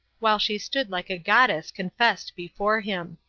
while she stood like a goddess confessed before him.